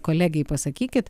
kolegei pasakykit